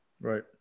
Right